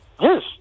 Yes